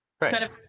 right